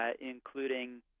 including